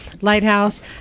Lighthouse